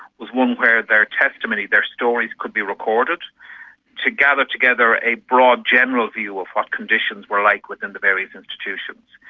was one where their testimony, their stories could be recorded to gather together a broad general view of what conditions were like within the various institutions.